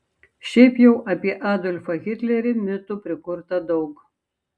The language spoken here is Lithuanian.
šiaip jau apie adolfą hitlerį mitų prikurta daug